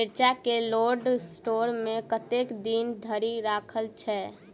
मिर्चा केँ cold store मे कतेक दिन धरि राखल छैय?